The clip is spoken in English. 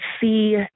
see